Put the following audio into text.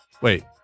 Wait